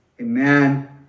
Amen